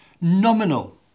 nominal